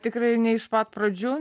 tikrai ne iš pat pradžių